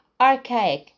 archaic